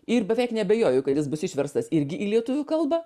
ir beveik neabejoju kad jis bus išverstas irgi į lietuvių kalbą